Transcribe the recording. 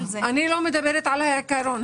אני לא מדברת על העיקרון,